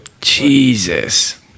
Jesus